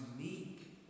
unique